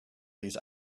these